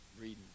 reading